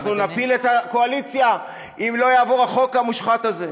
אנחנו נפיל את הקואליציה אם לא יעבור החוק המושחת הזה.